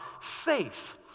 faith